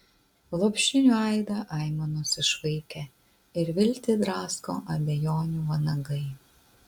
lopšinių aidą aimanos išvaikė ir viltį drasko abejonių vanagai